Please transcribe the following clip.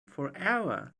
forever